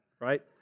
right